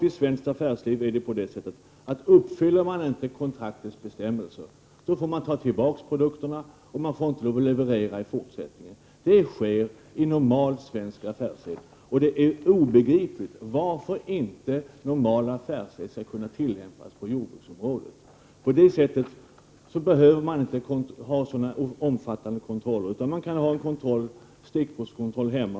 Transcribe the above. I svenskt affärsliv är det normalt på så sätt, att om man inte uppfyller kontraktets bestämmelser får man ta tillbaka produkterna, och man får inte leverera i fortsättningen. Det sker i normalt svenskt affärsliv, och det är obegripligt att normala affärsregler inte skulle kunna tillämpas inom jordbruksområdet. Man behöver då inte ha så omfattande kontroller, utan det kan ske en stickprovskontroll i Sverige.